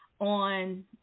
on